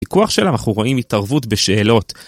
בפיקוח שלנו אנחנו רואים התערבות בשאלות.